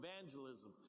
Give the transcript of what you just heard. evangelism